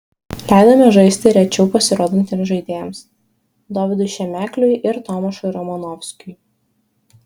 leidome žaisti rečiau pasirodantiems žaidėjams dovydui šemekliui ir tomašui romanovskiui